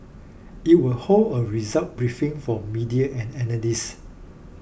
it will hold a results briefing for media and analysts